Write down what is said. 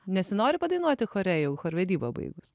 nesinori padainuoti chore jau chorvedybą baigus